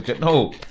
No